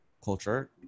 culture